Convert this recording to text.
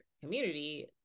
community